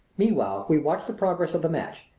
meanwhile we watched the progress of the match.